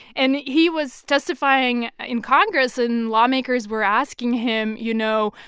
and he was testifying in congress. and lawmakers were asking him, you know,